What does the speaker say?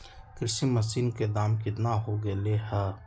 कृषि मशीन के दाम कितना हो गयले है?